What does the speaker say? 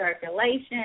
circulation